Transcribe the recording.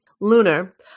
Lunar